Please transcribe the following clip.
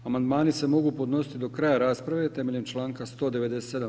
Amandmani se mogu podnositi do kraja rasprave temeljem članka 197.